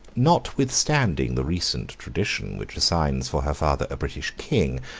notwithstanding the recent tradition, which assigns for her father a british king,